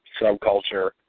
subculture